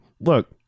look